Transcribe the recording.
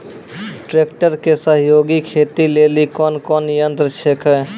Tractor के सहयोगी खेती लेली कोन कोन यंत्र छेकै?